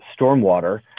stormwater